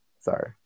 Sorry